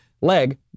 leg